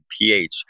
pH